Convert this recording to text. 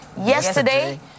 yesterday